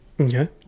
Okay